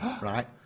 right